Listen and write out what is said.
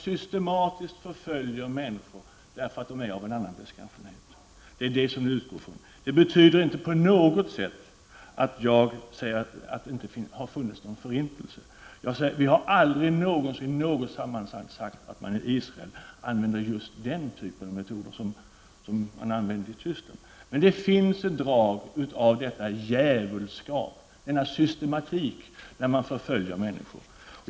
Systematiskt förföljer man ju människor därför att dessa är annorlunda beskaffade. Det är utgångspunkten. Men det betyder inte på något sätt att jag säger att det inte har förekommit någon förintelse. Vi har aldrig någonsin i något sammanhang sagt att man i Israel använder sig av just den typ av metoder som man använde sig av i Tyskland. Men det finns ett drag av sådan djävulskap, sådan systematik, i förföljelsen av människor.